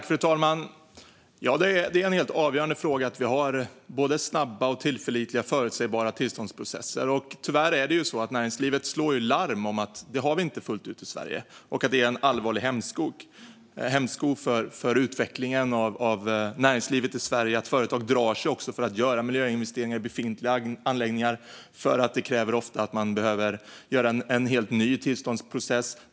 Fru talman! Det är en helt avgörande fråga att vi har både snabba, tillförlitliga och förutsägbara tillståndsprocesser. Tyvärr är det ju så att näringslivet slår larm om att vi inte har detta fullt ut i Sverige. Detta är en allvarlig hämsko för utvecklingen av näringslivet i Sverige, och företag drar sig också för att göra miljöinvesteringar i befintliga anläggningar eftersom det ofta kräver en helt ny tillståndsprocess.